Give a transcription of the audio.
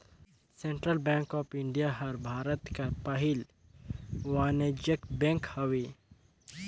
central bank of India हर भारत कर पहिल वानिज्यिक बेंक हवे